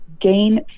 gain